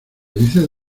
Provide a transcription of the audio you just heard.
dices